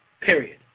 Period